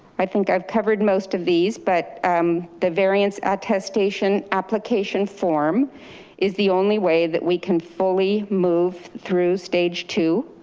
i think i've covered most of these, but um the variance attestation application form is the only way that we can fully move through stage two.